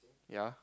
yea